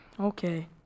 Okay